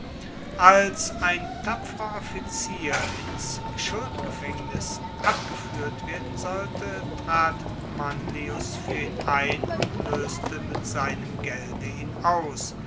als ein tapferer offizier ins schuldgefaengnis abgefuehrt werden sollte trat manlius fuer ihn ein und loeste mit seinem gelde ihn aus